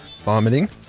vomiting